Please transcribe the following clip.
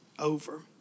Over